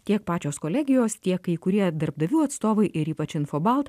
tiek pačios kolegijos tiek kai kurie darbdavių atstovai ir ypač infobalt